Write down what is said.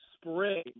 spring